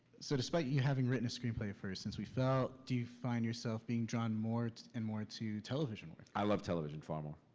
so, despite you having written a screenplay for since we fell, do you find yourself being drawn more and more to television? i love television far more.